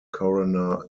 corona